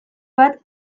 bat